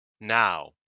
Now